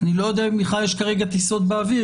אני לא יודע אם בכלל יש כרגע טיסות באוויר.